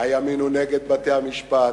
הימין הוא נגד בתי-המשפט,